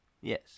Yes